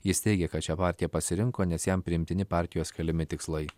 jis teigė kad šią partiją pasirinko nes jam priimtini partijos keliami tikslai